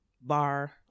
bar